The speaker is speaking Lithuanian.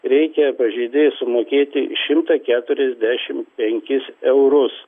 reikia pažeidėjui sumokėti šimtą keturiasdešimt penkis eurus